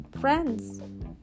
friends